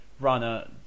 runner